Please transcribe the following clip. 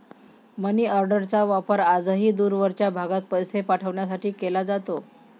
मनीऑर्डरचा वापर आजही दूरवरच्या भागात पैसे पाठवण्यासाठी केला जातो